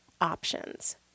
options